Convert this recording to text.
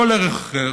כל ערך אחר.